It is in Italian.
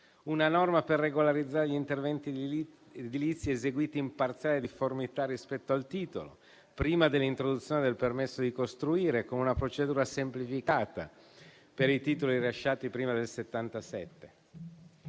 una norma per regolarizzare gli interventi edilizi eseguiti in parziale difformità rispetto al titolo, prima dell'introduzione del permesso di costruire, con una procedura semplificata per i titoli rilasciati prima del 1977.